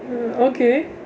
mm okay